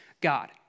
God